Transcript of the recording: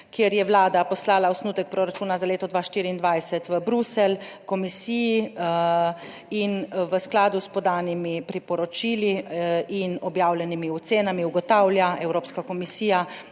kjer je Vlada poslala osnutek proračuna za leto 2024 v Bruselj komisiji in v skladu s podanimi priporočili in objavljenimi ocenami ugotavlja Evropska komisija,